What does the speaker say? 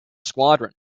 squadron